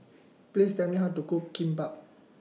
Please Tell Me How to Cook Kimbap